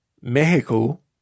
Mexico